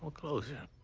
ah closer.